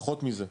פחות מזה.